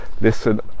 Listen